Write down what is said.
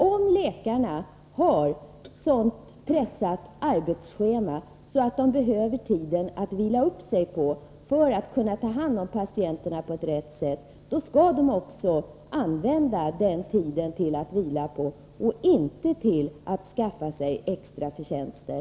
Om läkarna har ett så pressat arbetsschema att de behöver denna kompensationstid för att vila upp sig på för att kunna ta hand om patienterna på rätt sätt, skall de också använda den tiden att vila på och inte till att skaffa sig extraförtjänster.